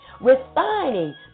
refining